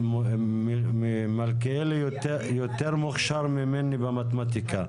מלכיאלי יותר מוכשר ממני במתמטיקה.